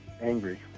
angry